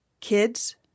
kids